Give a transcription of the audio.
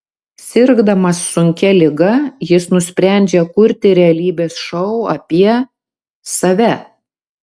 sirgdamas sunkia liga jis nusprendžia kurti realybės šou apie save